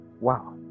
wow